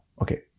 Okay